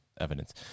evidence